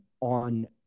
on